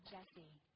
Jesse